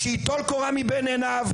אז שייטול קורה מבין עיניו,